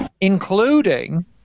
Including